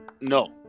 No